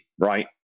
right